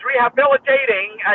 rehabilitating